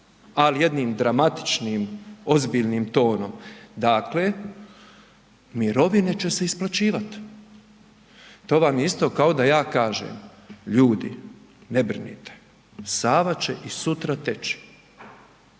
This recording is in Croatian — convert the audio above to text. ali jednim dramatičnim, ozbiljnim tonom, dakle, mirovine će se isplaćivati. To vam je isto kao da ja kažem, ljudi ne brinite, Sava će i sutra teći.